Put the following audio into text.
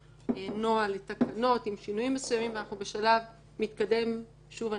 הנוהל לתקנות עם שינויים מסוימים ואנחנו בשלב מתקדם שוב,